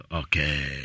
okay